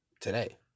today